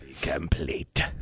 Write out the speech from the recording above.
Complete